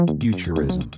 Futurism